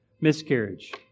Miscarriage